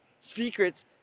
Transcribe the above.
Secrets